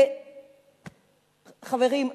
וחברים,